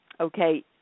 Okay